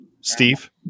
Steve